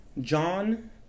John